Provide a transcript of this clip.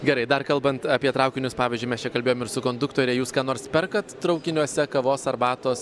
gerai dar kalbant apie traukinius pavyzdžiui mes čia kalbėjom ir su konduktore jūs ką nors perkat traukiniuose kavos arbatos